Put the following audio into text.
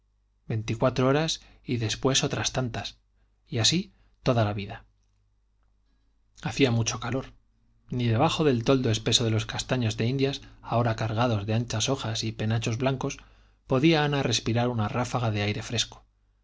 veinticuatro horas y después otras tantas y así toda la vida hacía mucho calor ni debajo del toldo espeso de los castaños de indias ahora cargados de anchas hojas y penachos blancos podía ana respirar una ráfaga de aire fresco